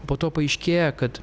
po to paaiškėja kad